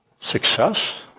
Success